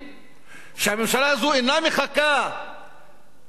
הממשלה הזו אינה מחכה עד לאוקטובר,